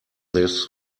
this